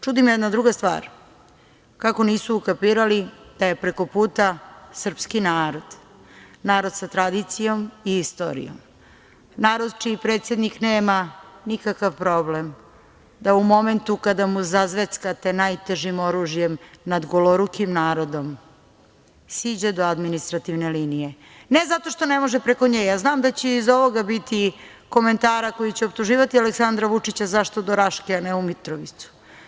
Čudi me jedna druga stvar, kako nisu ukapirali da je preko puta srpski narod, narod sa tradicijom i istorijom, narod čiji predsednik nema nikakav problem da u momentu kada mu zazveckate najtežim oružjem nad golorukim narodom siđe do administrativne linije, ne zato što ne može preko nje, ja znam da će iza ovoga biti komentara koji će optuživati Aleksandra Vučića zašto do Raške, a ne u Mitrovicu.